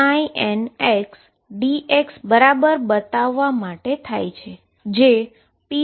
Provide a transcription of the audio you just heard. જે p2 operator માટે છે